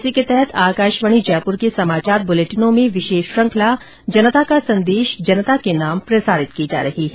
इसी के तहत आकाशवाणी जयपुर के समाचार बुलेटिनों में विशेष श्रृखंला जनता का संदेश जनता के नाम प्रसारित की जा रही है